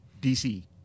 DC